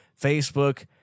Facebook